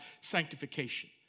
sanctification